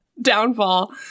Downfall